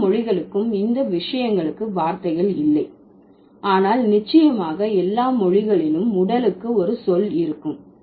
எல்லா மொழிகளுக்கும் இந்த விஷயங்களுக்கு வார்த்தைகள் இல்லை ஆனால் நிச்சயமாக எல்லா மொழிகளிலும் உடலுக்கு ஒரு சொல் இருக்கும்